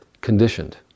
conditioned